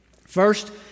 First